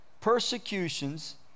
persecutions